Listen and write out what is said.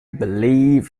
believe